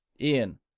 Ian